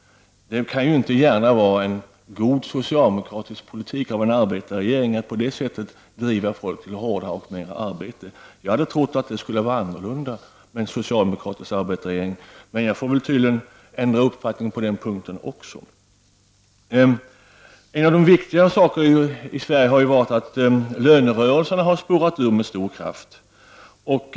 Det kan inte gärna vara en god socialdemokratisk politik av en arbetarregering att på det sättet driva folk till hårdare och mera arbete. Jag hade trott att det skulle vara annorlunda med en socialdemokratisk arbetarregering. Men jag får väl tydligen ändra uppfattning på den punkten också. En av de viktiga händelserna i Sverige har varit att lönerörelserna har spårat ur med stor kraft.